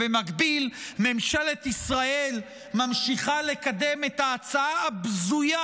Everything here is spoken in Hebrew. במקביל, ממשלת ישראל ממשיכה לקדם את ההצעה הבזויה,